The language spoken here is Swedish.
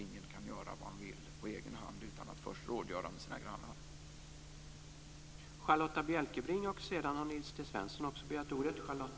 Ingen kan göra vad han vill på egen hand utan att först rådgöra med sina grannar.